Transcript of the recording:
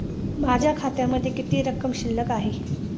माझ्या खात्यामध्ये किती रक्कम शिल्लक आहे?